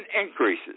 increases